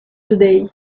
today